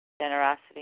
generosity